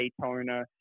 Daytona